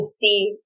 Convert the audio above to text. see